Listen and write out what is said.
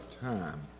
time